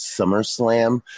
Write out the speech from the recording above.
SummerSlam